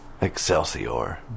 Excelsior